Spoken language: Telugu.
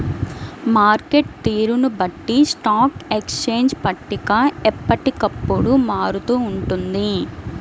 మార్కెట్టు తీరును బట్టి స్టాక్ ఎక్స్చేంజ్ పట్టిక ఎప్పటికప్పుడు మారుతూ ఉంటుంది